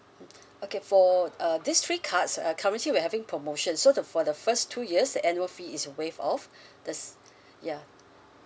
okay for uh these three cards uh currently we're having promotion so the for the first two years the annual fee is waived off these ya